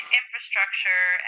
infrastructure